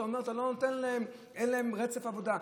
אתה אומר שאתה לא נותן להם כי אין להם רצף עבודה?